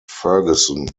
ferguson